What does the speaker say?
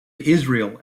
israel